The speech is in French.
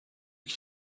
qui